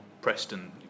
Preston